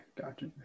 gotcha